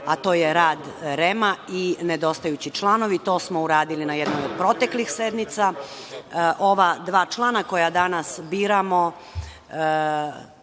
a to je rad REM i nedostajući članovi, to smo uradili na jednoj od proteklih sednica. Ova dva člana koja danas biramo